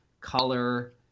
color